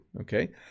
okay